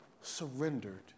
surrendered